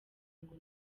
ngo